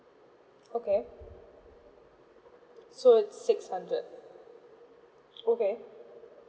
okay so six hundred okay